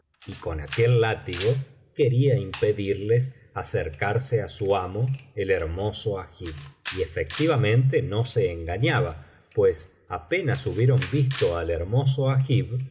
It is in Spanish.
y con aquel látigo quería impedirles acercarse á su amo el hermoso agib y efectivamente no se engañaba pues apenas hubieron visto al hermoso agib